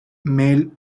mel